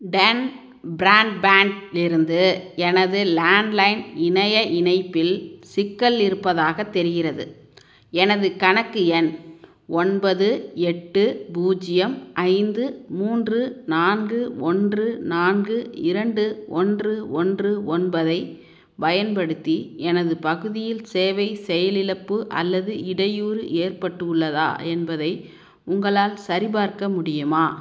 ten broadband இலிருந்து எனது landline இணைய இணைப்பில் சிக்கல் இருப்பதாக தெரிகிறது எனது கணக்கு எண் ஒன்பது எட்டு பூஜ்ஜியம் ஐந்து மூன்று நான்கு ஒன்று நான்கு இரண்டு ஒன்று ஒன்று ஒன்பதை பயன்படுத்தி எனது பகுதியில் சேவை செயலிழப்பு அல்லது இடையூறு ஏற்பட்டுள்ளதா என்பதை உங்களால் சரிபார்க்க முடியுமா